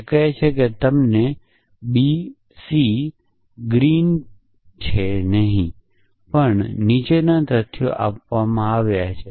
તે કહે છે કે તમને બીસી ગ્રીન એ પર લીલો નહીં પણ નીચેના તથ્યો આપવામાં આવ્યા છે